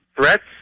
Threats